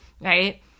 right